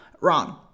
Wrong